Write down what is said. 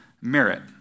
merit